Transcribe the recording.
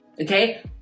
okay